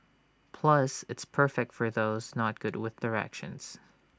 plus it's perfect for those not good with directions